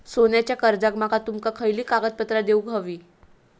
सोन्याच्या कर्जाक माका तुमका खयली कागदपत्रा देऊक व्हयी?